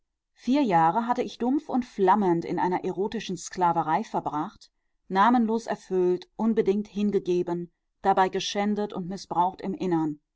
vier jahre hatte ich dumpf und flammend in einer erotischen sklaverei verbracht namenlos erfüllt unbedingt hingegeben dabei geschändet und mißbraucht im innern